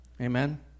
Amen